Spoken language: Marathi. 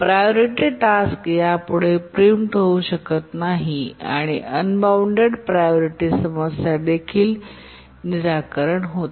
प्रायोरिटी टास्क यापुढे प्रिम्प्ट होऊ शकत नाहीत आणि अनबॉऊण्डेड प्रायोरिटी समस्या देखील निराकरण होते